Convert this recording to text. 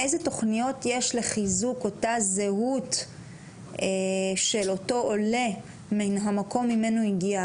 איזה תוכניות יש לחיזוק אותה זהות של אותו עולה מן המקום ממנו הגיע,